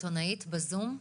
עיתונאית בזום,